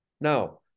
Now